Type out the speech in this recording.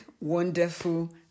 wonderful